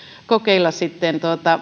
kokeilla sitten